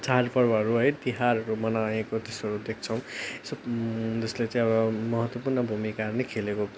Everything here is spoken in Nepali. चाडपर्वहरू है तिहारहरू मनाएको त्यस्तोहरू देख्छौँ जसले चाहिँ अब महत्त्वपूर्ण भूमिकाहरू नि खेलेको